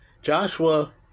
Joshua